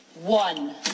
one